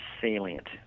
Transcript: salient